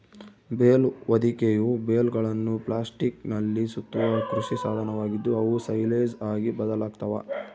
bale ಹೊದಿಕೆಯು ಬೇಲ್ಗಳನ್ನು ಪ್ಲಾಸ್ಟಿಕ್ನಲ್ಲಿ ಸುತ್ತುವ ಕೃಷಿ ಸಾಧನವಾಗಿದ್ದು, ಅವು ಸೈಲೇಜ್ ಆಗಿ ಬದಲಾಗ್ತವ